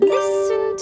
Listen